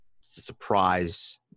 surprise